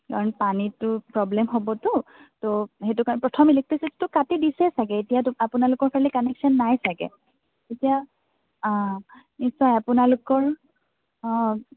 কাৰণ পানীটো প্ৰব্লেম হ'বতো ত সেইটো কাৰণে প্ৰথম ইলেক্ট্ৰিচিটিটো কাটি দিছেই ছাগে এতিয়া আপোনালোকৰ ফালে কানেকশ্যন নাই চাগে এতিয়া নিশ্চয় আপোনালোকৰ অঁ